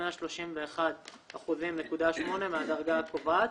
131.8% מהדרגה הקובעת,